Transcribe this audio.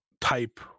type